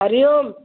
हरिओम